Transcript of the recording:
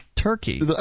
turkey